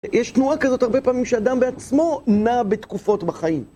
יש תנועה כזאת הרבה פעמים שאדם בעצמו נע בתקופות בחיים.